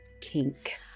kink